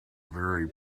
very